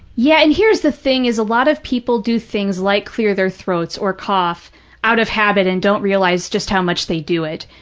yeah. and here's the thing, is a lot of people do things like clear their throats or cough out of habit and don't realize just how much they do it,